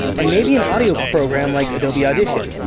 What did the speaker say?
and maybe an audio program like adobe audition.